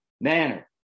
manner